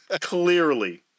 Clearly